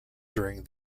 during